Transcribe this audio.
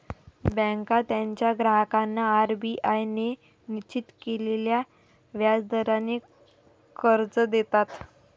बँका त्यांच्या ग्राहकांना आर.बी.आय ने निश्चित केलेल्या व्याज दराने कर्ज देतात